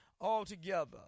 altogether